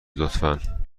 لطفا